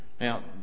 now